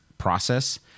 process